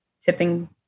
tipping